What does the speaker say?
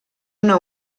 una